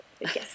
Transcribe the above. Yes